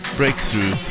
breakthrough